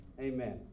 Amen